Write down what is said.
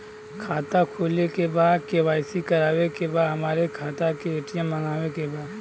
खाता खोले के बा के.वाइ.सी करावे के बा हमरे खाता के ए.टी.एम मगावे के बा?